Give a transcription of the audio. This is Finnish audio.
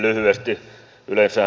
hyvin lyhyesti